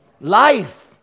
Life